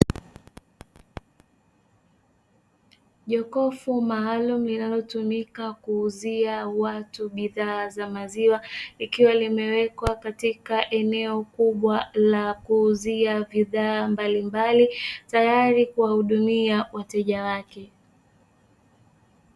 Jokofu maalumu linalotumika kuuzia watu bidhaa za maziwa, likiwa limewekwa katika eneo kubwa la kuuzia bidhaa mbalimbali tayari kuwahudumia wateja wake.